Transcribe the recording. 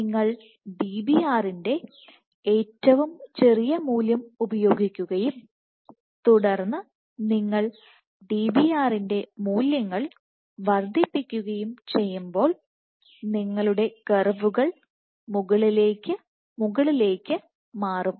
നിങ്ങൾ Dbr ന്റെ ഏറ്റവും ചെറിയ മൂല്യം ഉപയോഗിക്കുകയും തുടർന്ന് നിങ്ങൾ Dbr ന്റെ മൂല്യങ്ങൾ വർധിപ്പിക്കുകയും ചെയ്യുമ്പോൾ നിങ്ങളുടെ കർവുകൾ മുകളിലേക്ക് മുകളിലേക്ക് മാറും